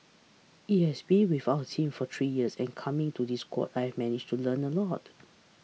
he has been without a team for three years and coming to this squad I've managed to learn a lot